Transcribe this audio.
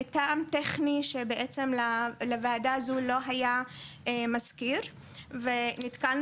טעם טכני שבעצם לוועדה הזו לא היה מזכיר ונתקלנו